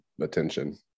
attention